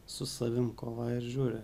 su savim kovoji ir žiūri